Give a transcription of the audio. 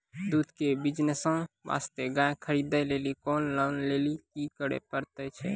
दूध के बिज़नेस वास्ते गाय खरीदे लेली लोन लेली की करे पड़ै छै?